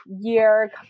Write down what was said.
year